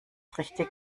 richtig